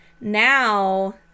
now